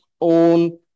own